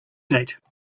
date